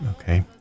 Okay